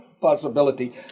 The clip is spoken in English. possibility